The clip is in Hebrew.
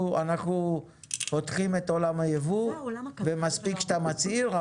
אנחנו פותחים את עולם הייבוא ומספיק שאתה מצהיר,